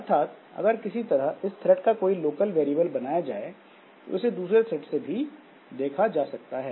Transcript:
अर्थात अगर किसी तरह इस थ्रेड का कोई लोकल वेरिएबल बनाया जाए तो इसे दूसरे थ्रेड से भी देखा जा सकता है